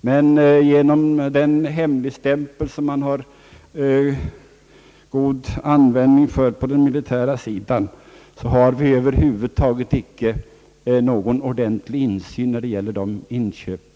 men genom den hemligstämpel som man har god användning för på den militära sidan har vi över huvud taget inte någon ordentlig insyn när det gäller dessa inköp.